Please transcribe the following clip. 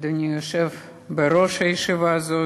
אדוני היושב בראש הישיבה הזאת,